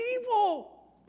evil